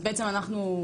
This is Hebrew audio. אז בעצם אנחנו,